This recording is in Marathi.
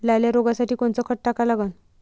लाल्या रोगासाठी कोनचं खत टाका लागन?